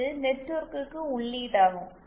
இது நெட்வொர்ககிற்கு உள்ளீடாகும்